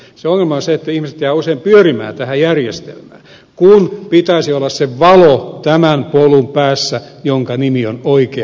se ongelma on se että ihmiset jäävät usein pyörimään tähän järjestelmään kun tämän polun päässä pitäisi olla se valo jonka nimi on oikea työpaikka